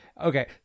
okay